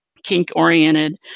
kink-oriented